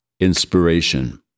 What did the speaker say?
Inspiration